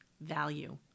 Value